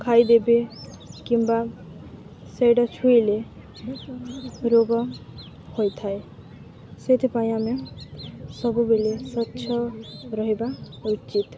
ଖାଇଦେବେ କିମ୍ବା ସେଇଟା ଛୁଇଁଲେ ରୋଗ ହୋଇଥାଏ ସେଥିପାଇଁ ଆମେ ସବୁବେଳେ ସ୍ୱଚ୍ଛ ରହିବା ଉଚିତ୍